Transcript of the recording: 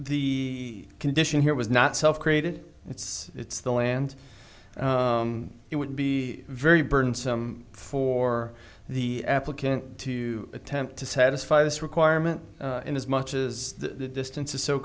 the condition here was not self created it's it's the land it would be very burdensome for the applicant to attempt to satisfy this requirement in as much as the distance is so